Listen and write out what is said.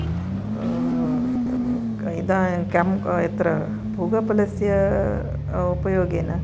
यदा काम् यत्र पूगपलस्य उपयोगेन